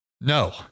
No